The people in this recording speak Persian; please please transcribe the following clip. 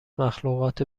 مخلوقات